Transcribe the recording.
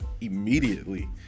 immediately